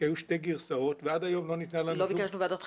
כי היו שתי גרסאות ועד היום לא ניתנה לנו --- לא ביקשנו ועדת חקירה,